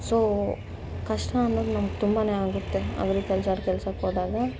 so ಕಷ್ಟ ಅನ್ನೋದು ನಮ್ಗೆ ತುಂಬನೇ ಆಗುತ್ತೆ ಅಗ್ರಿಕಲ್ಚರ್ ಕೆಲಸಕ್ಕೋದಾಗ